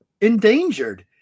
endangered